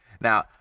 Now